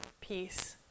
peace